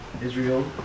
Israel